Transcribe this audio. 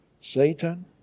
Satan